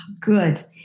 good